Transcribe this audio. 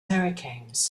hurricanes